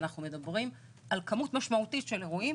אנחנו מדברים על כמות משמעותית של אירועים